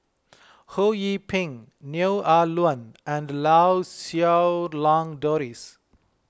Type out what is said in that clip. Ho Yee Ping Neo Ah Luan and Lau Siew Lang Doris